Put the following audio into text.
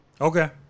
Okay